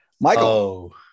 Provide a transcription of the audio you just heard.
Michael